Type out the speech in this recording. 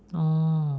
orh